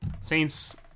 Saints